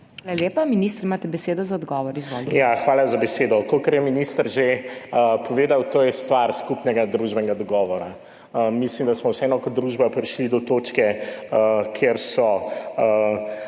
(minister za solidarno prihodnost):** Hvala za besedo. Kakor je minister že povedal, to je stvar skupnega družbenega dogovora. Mislim, da smo vseeno kot družba prišli do točke, kjer smo